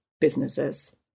businesses